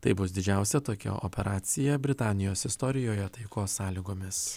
tai bus didžiausia tokia operacija britanijos istorijoje taikos sąlygomis